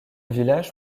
village